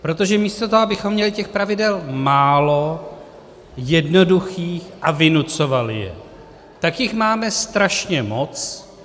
Protože místo toho, abychom měli těch pravidel málo, jednoduchých a vynucovali je, tak jich máme strašně moc.